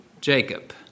Jacob